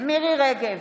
מירי מרים רגב,